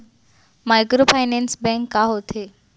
Microfinance bank का होथे?